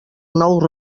nous